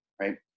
right